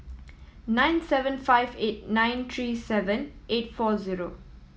nine seven five eight nine three seven eight four zero